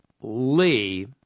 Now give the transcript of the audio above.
Lee